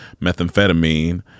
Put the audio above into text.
methamphetamine